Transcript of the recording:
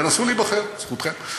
תנסו להיבחר, זכותכם.